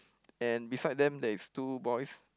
and beside them there is two boys